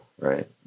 right